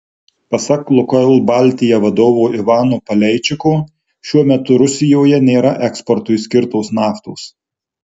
pasak lukoil baltija vadovo ivano paleičiko šiuo metu rusijoje nėra eksportui skirtos naftos